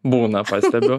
būna pastebiu